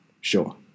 Sure